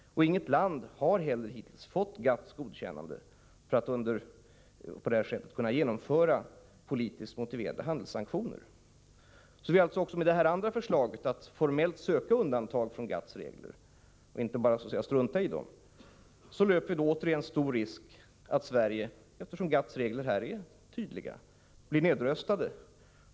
Inget land har heller hittills fått GATT:s godkännande för att på det sättet kunna genomföra politiskt motiverade handelssanktioner. Så även med detta andra förslag att formellt söka undantag från GATT:s regler — och inte bara strunta i dem — löper vi, eftersom GATT:s regler är tydliga, stor risk att bli nedröstade.